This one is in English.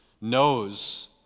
knows